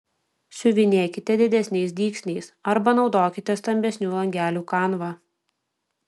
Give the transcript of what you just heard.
siuvinėkite didesniais dygsniais arba naudokite stambesnių langelių kanvą